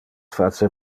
face